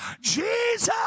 Jesus